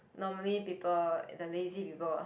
normally people the lazy people